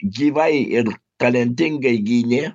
gyvai ir talentingai gynė